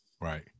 Right